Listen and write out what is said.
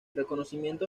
reconocimiento